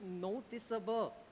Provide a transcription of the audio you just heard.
noticeable